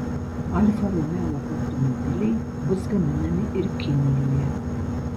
alfa romeo automobiliai bus gaminami ir kinijoje